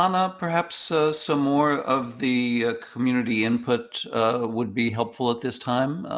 um ah perhaps so some more of the ah community input would be helpful at this time,